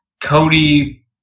Cody